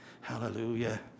Hallelujah